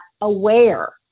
aware